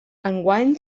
enguany